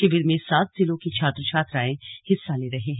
शिविर में सात जिलों के छात्र छात्राएं हिस्सा ले रहे हैं